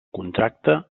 contracte